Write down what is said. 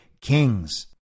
kings